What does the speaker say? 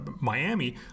Miami